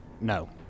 No